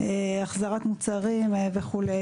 החזרת מוצרים וכו'.